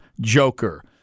Joker